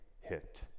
hit